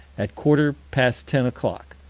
at quarter past ten o'clock.